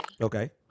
Okay